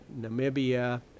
namibia